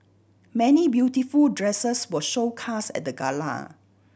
many beautiful dresses were showcased at the gala